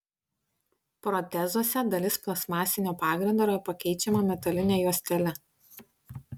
protezuose dalis plastmasinio pagrindo yra pakeičiama metaline juostele